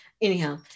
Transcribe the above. Anyhow